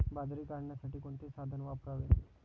बाजरी काढण्यासाठी कोणते साधन वापरावे?